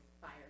fire